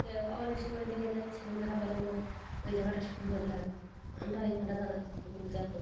ত অনেক সময় দেখা যায় ছেলে মেয়েরা বলে ওমা ওই জায়গাটা সুন্দর লাগছে আমরা ওইখানটা দাঁড়াচ্ছি তুমি দেখো